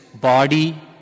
body